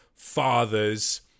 fathers